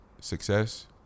success